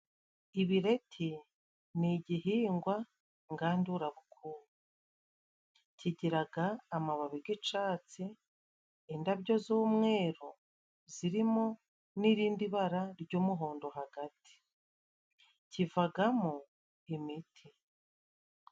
Ibireti ni igihingwa ngandurabukungu. Kigiraga amababi g'icatsi, indabyo z'umweru zirimo n'irindi bara ry'umuhondo hagati. Kivagamo imiti.